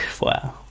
Wow